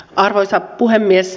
arvoisa puhemies